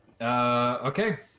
Okay